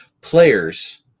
players